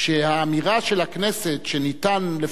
היחידי שהתנגד פה